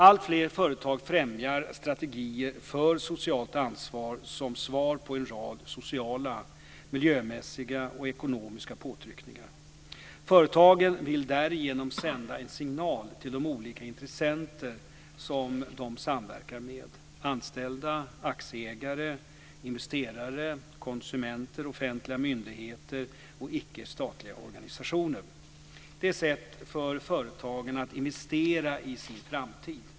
Alltfler företag främjar strategier för socialt ansvar som svar på en rad sociala, miljömässiga och ekonomiska påtryckningar. Företagen vill därigenom sända en signal till de olika intressenter som de samverkar med: anställda, aktieägare, investerare, konsumenter, offentliga myndigheter och icke-statliga organisationer. Det är ett sätt för företagen att investera i sin framtid.